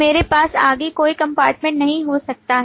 मेरे पास आगे कोई कंपार्टमेंट नहीं हो सकता है